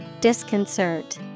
Disconcert